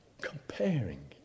comparing